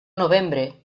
novembre